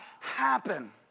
happen